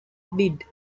bid